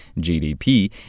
GDP